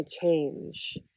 change